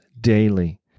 daily